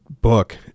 book